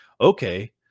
okay